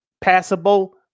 passable